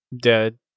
dead